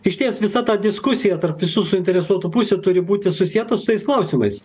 išties visa ta diskusija tarp visų suinteresuotų pusių turi būti susieta su tais klausimais